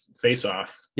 face-off